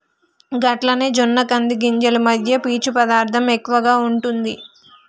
గట్లనే జొన్న కంది గింజలు మధ్య పీచు పదార్థం ఎక్కువగా ఉంటుంది